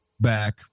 back